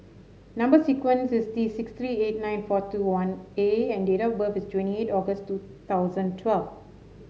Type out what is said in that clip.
number sequence is T six three eight nine four two one A and date of birth is twenty eight August two thousand twelve